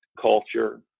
culture